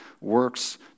works